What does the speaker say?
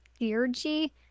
Theurgy